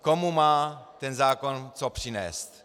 Komu má zákon co přinést?